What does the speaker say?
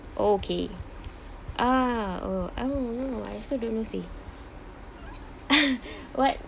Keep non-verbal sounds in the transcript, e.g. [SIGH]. okay ah oh I don't know I don't know I also don't know say [LAUGHS] what